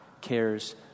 cares